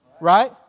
right